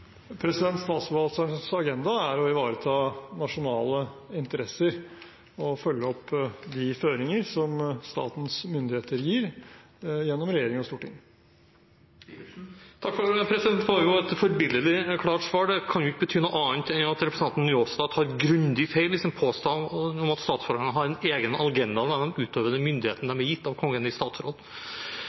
agenda er å ivareta nasjonale interesser og følge opp de føringer som statens myndigheter gir gjennom regjering og storting. Det var et forbilledlig klart svar. Det kan jo ikke bety noe annet enn at representanten Njåstad tar grundig feil når han påstår at statsforvalterne har en egen agenda når de utøver den myndigheten de er gitt av Kongen i statsråd.